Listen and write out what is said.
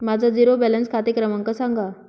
माझा zero balance खाते क्रमांक सांगा